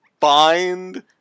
find